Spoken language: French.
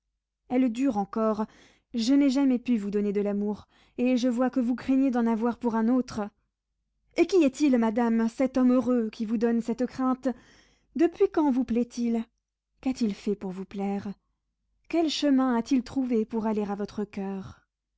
elle dure encore je n'ai jamais pu vous donner de l'amour et je vois que vous craignez d'en avoir pour un autre et qui est-il madame cet homme heureux qui vous donne cette crainte depuis quand vous plaît-il qu'a-t-il fait pour vous plaire quel chemin a-t-il trouvé pour aller à votre coeur